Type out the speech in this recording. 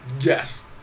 yes